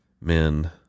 Men